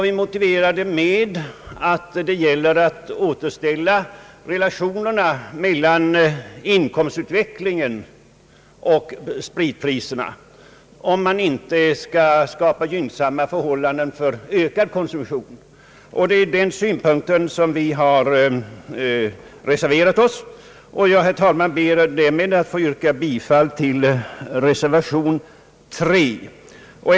Vi motiverar vårt förslag med att det gäller att återställa relationen mellan inkomstutvecklingen och spritpriserna, om man inte skall skapa gynnsamma förhållanden för ökad konsumtion. Herr talman! Jag ber därmed att få yrka bifall till reservation nr 3.